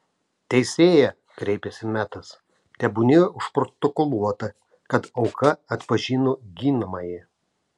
teisėja kreipėsi metas tebūnie užprotokoluota kad auka atpažino ginamąjį